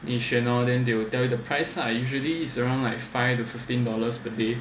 你选 hor then they will tell you the prices ah usually is around like five to fifteen dollars per day